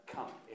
Come